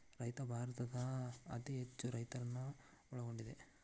ರೈತ ಭಾರತ ದೇಶದಾಗ ಅತೇ ಹೆಚ್ಚು ರೈತರನ್ನ ಒಳಗೊಂಡಿದೆ